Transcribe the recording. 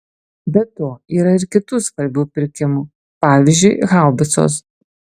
be to yra ir kitų svarbių pirkimų pavyzdžiui haubicos